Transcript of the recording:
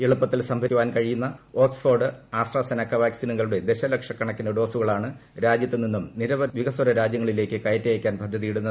എളുപ്പത്തിൽ സംഭരിക്കുവാൻ കഴിയുന്ന ഓക്സ്ഫോർഡ് ആസ്ട്രാസെനക്ക വാക്സിനുകളുടെ ദശലക്ഷക്കണക്കിന് ഡോസുകളാണ് രാജ്യത്തു നിന്നും നിരവധി വികസ്വര രാജൃങ്ങളിലേക്ക് കയറ്റി അയയ്ക്കാൻ പദ്ധതിയിടുന്നത്